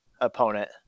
opponent